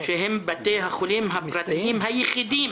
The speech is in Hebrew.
שהם בתי החולים הפרטיים היחידים